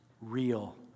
real